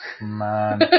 man